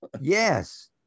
Yes